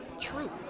truth